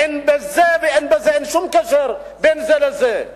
אין בזה ואין בזה, אין שום קשר בין זה לזה.